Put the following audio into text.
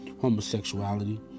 homosexuality